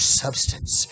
substance